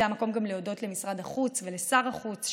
זה המקום גם להודות למשרד החוץ ולשר החוץ,